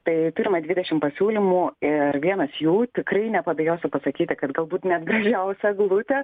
tai turime dvidešim pasiūlymų ir vienas jų tikrai nepabijosiu pasakyti kad galbūt net gražiausia eglutė